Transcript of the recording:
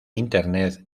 internet